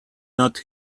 not